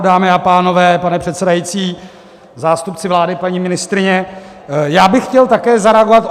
Dámy a pánové, pane předsedající, zástupci vlády, paní ministryně, já bych chtěl také zareagovat.